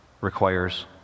requires